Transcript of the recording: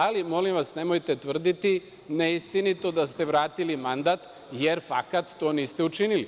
Ali, molim vas nemojte tvrditi neistinito da ste vratili mandat, jer fakat to niste učinili.